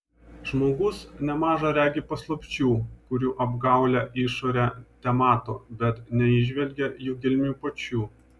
žmogus nemaža regi paslapčių kurių apgaulią išorę temato bet neįžvelgia jų gelmių pačių